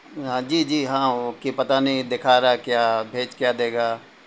ہاں جی جی ہاں وہ کہ پتا نہیں کیا دکھا رہا ہے کیا بھیج کیا دے گا